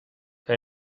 que